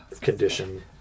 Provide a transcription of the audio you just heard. condition